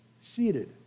seated